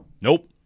nope